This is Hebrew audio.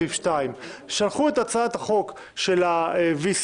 סעיף 2. שלחו את הצעת החוק של ה-VC,